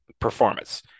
performance